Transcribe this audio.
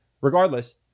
Regardless